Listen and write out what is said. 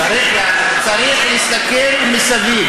צריך להסתכל מסביב,